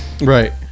Right